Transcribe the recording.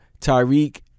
Tyreek